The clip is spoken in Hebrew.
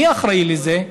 מי אחראי לזה?